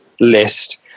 list